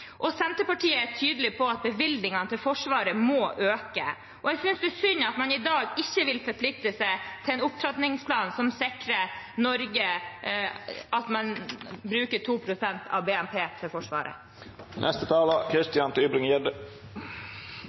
tydelig på at bevilgningene til Forsvaret må øke. Jeg synes det er synd at man i dag ikke vil forplikte seg til en opptrappingsplan som sikrer Norge, ved at man bruker 2 pst. av BNP til